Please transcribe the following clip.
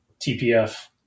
TPF